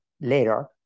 later